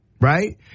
right